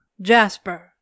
Jasper